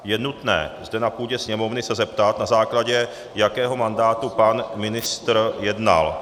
Je nutné zde na půdě Sněmovny se zeptat, na základě jakého mandátu pan ministr jednal.